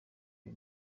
uyu